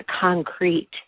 concrete